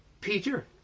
Peter